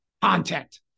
content